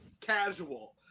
casual